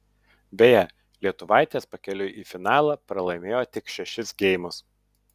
beje lietuvaitės pakeliui į finalą pralaimėjo tik šešis geimus